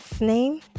name